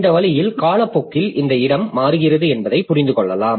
இந்த வழியில் காலப்போக்கில் இந்த இடம் மாறுகிறது என்பதை புரிந்து கொள்ளலாம்